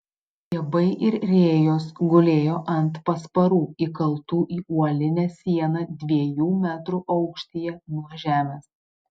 stiebai ir rėjos gulėjo ant pasparų įkaltų į uolinę sieną dviejų metrų aukštyje nuo žemės